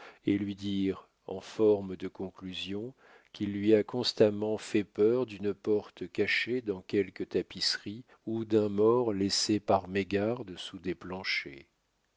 et lui dire en forme de conclusion qu'il lui a constamment fait peur d'une porte cachée dans quelque tapisserie ou d'un mort laissé par mégarde sous des planchers